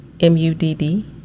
M-U-D-D